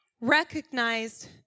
recognized